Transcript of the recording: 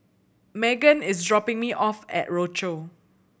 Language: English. Meghann is dropping me off at Rochor